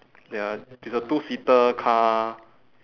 ya is a two seater car